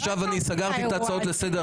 עכשיו סגרתי את ההצעות לסדר,